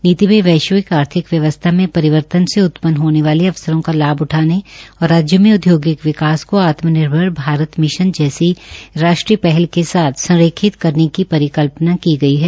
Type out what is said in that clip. नीति में वैश्विक आर्थिक व्यवस्था में परिवर्तन से उत्पन्न होने वाले अवसरों का लाभ उठाने और राज्य में औद्योगिक विकास को आत्मनिर्भर भारत मिशन जैसी राष्ट्रीय पहल के साथ संरेखित करने की परिकल्पना की गई है